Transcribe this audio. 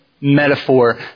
metaphor